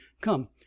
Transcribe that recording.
come